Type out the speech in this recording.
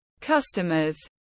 customers